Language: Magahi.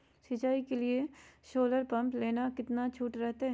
सिंचाई के लिए सोलर पंप लेना है कितना छुट रहतैय?